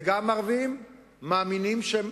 וגם ערבים, מאמינים שהם